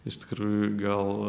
iš tikrųjų gal